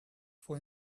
for